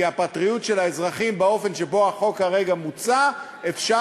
כי באופן שבו החוק כרגע מוצע הפרטיות של האזרחים,